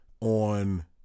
on